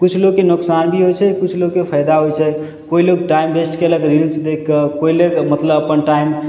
किछु लोकके नुकसान भी होइ छै किछु लोकके फायदा होइ छै कोइ लोक टाइम वेस्ट कैलक रिल्स देख कऽ कोइ लोक मतलब अपन टाइम